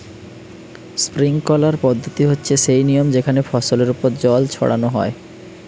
sprinkler পদ্ধতি হচ্ছে সেই নিয়ম যেখানে ফসলের ওপর জল ছড়ানো হয়